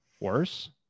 Worse